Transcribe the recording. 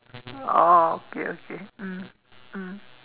oh okay okay mm mm